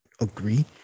agree